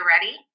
ready